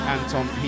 Anton